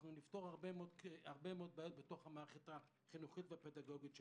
נפתור הרבה מאד בעיות במערכת החינוכית והפדגוגית שלנו.